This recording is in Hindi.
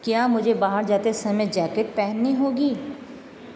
क्या मुझे बाहर जाते समय जैकेट पहननी होगी